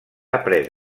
après